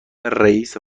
رییس